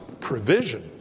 provision